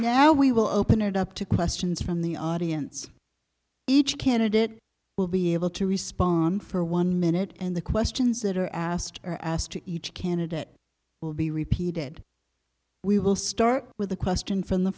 you now we will open it up to questions from the audience each candidate will be able to respond for one minute and the questions that are asked are asked to each candidate will be repeated we will start with a question from the